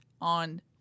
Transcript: on